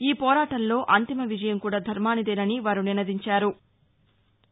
ఈ పోరాటంలో అంతిమవిజయం కూడా ధర్మానిదేనని వారు నినదించారు